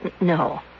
No